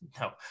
no